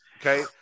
Okay